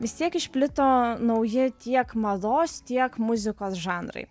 vis tiek išplito nauji tiek mados tiek muzikos žanrai